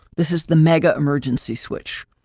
this is the mega emergency switch.